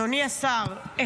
אדוני השר,